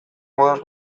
modaz